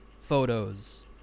photos